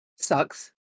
Sucks